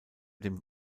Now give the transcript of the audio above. dem